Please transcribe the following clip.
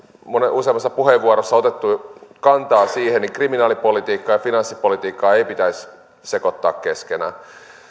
useammassa puheenvuorossa otettu kantaa siihen niin kriminaalipolitiikkaa ja finanssipolitiikkaa ei pitäisi sekoittaa keskenään